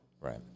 Right